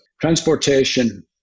transportation